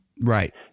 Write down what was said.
Right